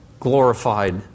Glorified